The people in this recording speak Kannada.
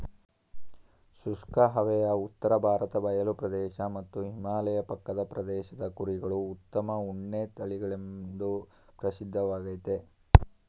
ಶುಷ್ಕ ಹವೆಯ ಉತ್ತರ ಭಾರತ ಬಯಲು ಪ್ರದೇಶ ಮತ್ತು ಹಿಮಾಲಯ ಪಕ್ಕದ ಪ್ರದೇಶದ ಕುರಿಗಳು ಉತ್ತಮ ಉಣ್ಣೆ ತಳಿಗಳೆಂದು ಪ್ರಸಿದ್ಧವಾಗಯ್ತೆ